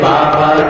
Baba